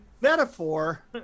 metaphor